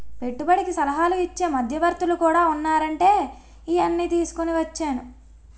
పెట్టుబడికి సలహాలు ఇచ్చే మధ్యవర్తులు కూడా ఉన్నారంటే ఈయన్ని తీసుకుని వచ్చేను